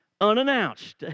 Unannounced